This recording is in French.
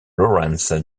laurens